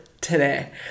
today